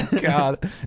god